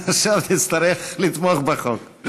עכשיו תצטרך לתמוך בחוק.